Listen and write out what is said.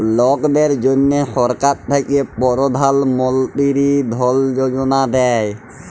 লকদের জ্যনহে সরকার থ্যাকে পরধাল মলতিরি ধল যোজলা দেই